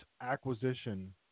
acquisition